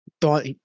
thought